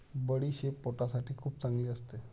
बडीशेप पोटासाठी खूप चांगली असते